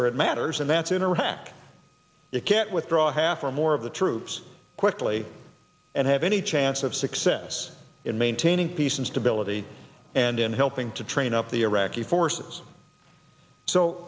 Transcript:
where it matters and that's in iraq you can't withdraw half or more of the troops quickly and have any chance of success in maintaining peace and stability and in helping to train up the iraqi forces so